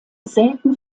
selten